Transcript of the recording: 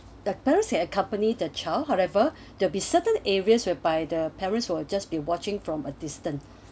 the parents can accompany the child however there will be certain areas whereby the parents will just be watching from a distance